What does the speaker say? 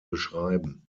beschreiben